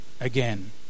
again